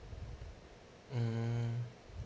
mm